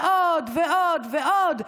ועוד ועוד ועוד",